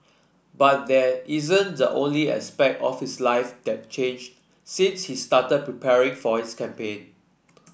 but that isn't the only aspect of his life that changed since he started preparing for his campaign